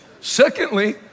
Secondly